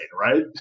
right